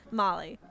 molly